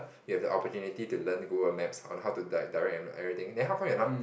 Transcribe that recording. you've the opportunity to learn Google Maps on like how to di~ direct everything then how come you're not